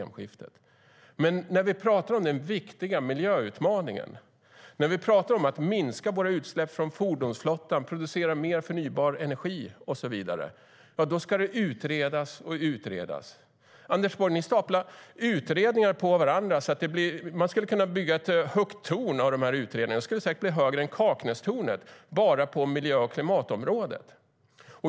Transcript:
Men när vi talar om den viktiga miljöutmaningen och om att minska våra utsläpp från fordonsflottan, att producera mer förnybar energi och så vidare ska det utredas och utredas. Ni staplar utredningar på varandra. Ni skulle kunna bygga ett högt torn, säkert högre än Kaknästornet, av utredningarna bara på miljö och klimatområdet.